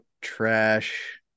trash